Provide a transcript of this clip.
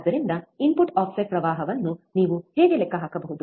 ಆದ್ದರಿಂದ input offset ಪ್ರವಾಹವನ್ನು ನೀವು ಹೀಗೆ ಲೆಕ್ಕ ಹಾಕಬಹುದು